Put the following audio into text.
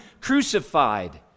crucified